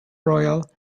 royale